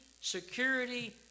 security